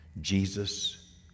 Jesus